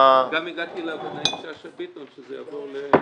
התיקונים של פקודת הנזיקין הם תמיד בחוקה.